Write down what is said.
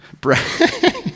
Brad